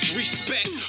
respect